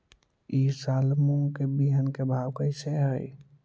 ई साल मूंग के बिहन के भाव कैसे हई?